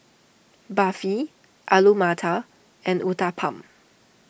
Barfi Alu Matar and Uthapam